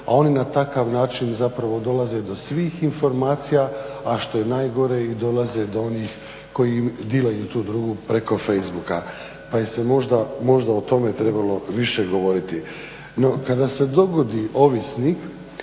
a oni na takav način zapravo dolaze do svih informacija, a što je najgore i dolaze do onih koji im dilaju tu drogu preko Facebook-a pa bi se možda o tome trebalo više govoriti. No kada se dogodi ovisnik,